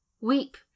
Weep